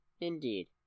Indeed